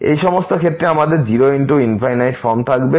এই সমস্ত ক্ষেত্রে আমাদের 0×∞ ফর্ম থাকবে